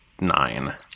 nine